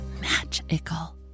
magical